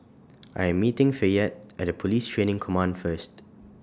I Am meeting Fayette At Police Training Command First